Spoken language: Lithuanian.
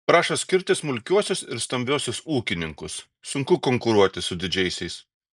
prašo skirti smulkiuosius ir stambiuosius ūkininkus sunku konkuruoti su didžiaisiais